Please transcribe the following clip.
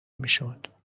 میشد